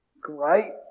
great